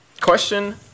Question